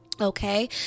Okay